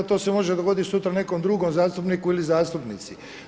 To se može dogoditi sutra nekom drugom zastupniku ili zastupnici.